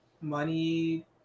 money